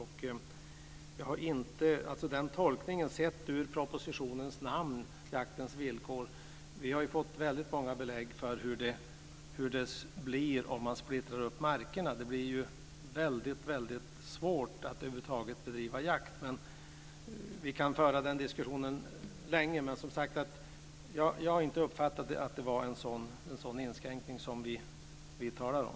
När det gäller tolkningen av propositionens namn, Jaktens villkor, så har vi fått väldigt många belägg för hur det blir om man splittrar markerna. Det blir svårt att över huvud taget bedriva jakt. Vi kan föra den här diskussionen länge, men jag har som sagt inte uppfattat att det är en inskränkning som vi talar om.